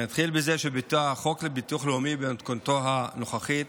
אני אתחיל בזה שהחוק לביטוח הלאומי במתכונתו הנוכחית